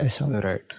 Right